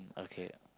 okay